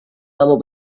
kamu